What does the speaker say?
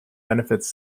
benefits